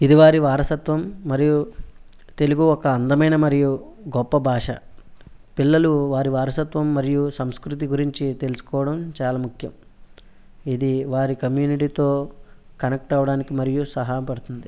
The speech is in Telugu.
ఇది వారి వారసత్వం మరియు తెలుగు ఒక అందమైన మరియు గొప్ప భాష పిల్లలు వారి వారసత్వం మరియు సంస్కృతి గురించి తెలుసుకోవడం చాలా ముఖ్యం ఇది వారి కమ్యూనిటీతో కనెక్ట్ అవ్వడానికి మరియు సహాయపడుతుంది